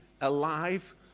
alive